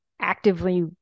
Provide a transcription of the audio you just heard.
actively